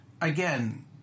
Again